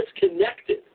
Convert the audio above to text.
disconnected